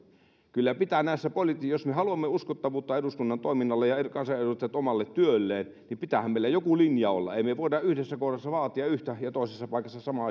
kyllä jos me haluamme uskottavuutta eduskunnan toiminnalle ja kansanedustajat omalle työlleen pitäähän meillä joku linja olla emme me voi yhdessä kohdassa vaatia yhtä ja toisessa paikassa sama